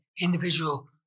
individual